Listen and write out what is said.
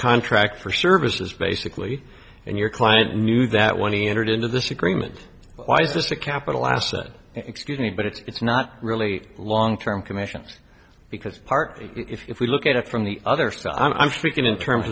contract for services basically and your client knew that when he entered into this agreement why is this a capital asset excuse me but it's not really long term commissions because part if we look at it from the other side i'm speaking in terms